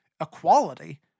equality